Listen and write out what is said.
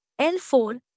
L4